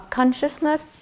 consciousness